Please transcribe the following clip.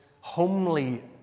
homely